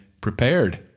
prepared